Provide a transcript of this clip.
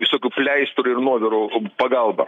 visokių pleistrų ir nuovirų pagalba